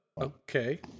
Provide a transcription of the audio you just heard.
okay